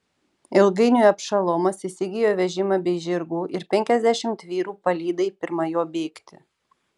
ilgainiui abšalomas įsigijo vežimą bei žirgų ir penkiasdešimt vyrų palydai pirma jo bėgti